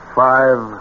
five